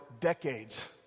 decades